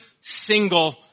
single